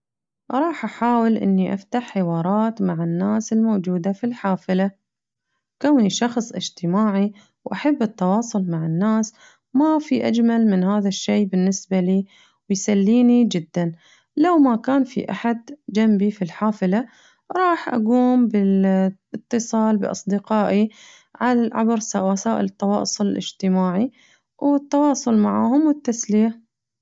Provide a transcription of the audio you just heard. راح أحاول إني أفتح حوارات مع الناس الموجودة في الحافلة كوني شخص اجتماعي وأحب التواصل مع الناس ما في أجمل من هذا الشي بالنسبة لي بيسليني جداً، لو ما كان في أحد جنبي في الحافلة راح أقوم بالاتصال بأصدقائي عال عبر وسائل التواصل الاجتماعي والتواصل معاهم والتسلية.